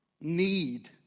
need